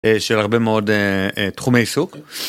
של הרבה מאוד תחומי עיסוק.